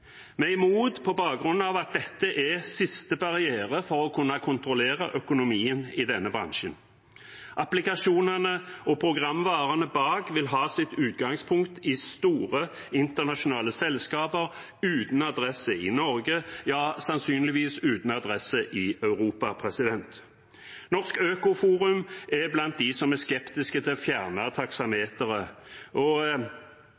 Vi er imot det på bakgrunn av at dette er siste barriere for å kunne kontrollere økonomien i denne bransjen. Applikasjonene og programvarene bak vil ha sitt utgangspunkt i store internasjonale selskaper uten adresse i Norge, ja, sannsynligvis uten adresse i Europa. Norsk Øko-Forum er blant dem som er skeptiske til å fjerne